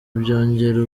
byongera